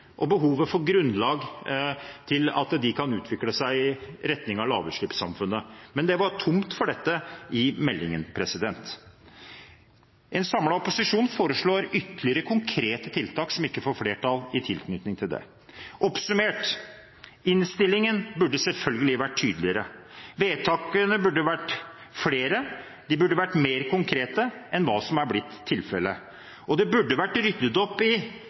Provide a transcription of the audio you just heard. og behovet for grunnlag for at den kan utvikle seg i retning av lavutslippssamfunnet. Men det var tomt for dette i meldingen. En samlet opposisjon foreslår ytterligere konkrete tiltak, som ikke får flertall, i tilknytning til det. Oppsummert: Innstillingen burde selvfølgelig vært tydeligere. Vedtakene burde vært flere. De burde vært mer konkrete enn hva som er blitt tilfellet. Det burde vært ryddet opp i